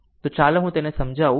તો ચાલો હું તેને સમજાવું